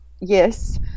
Yes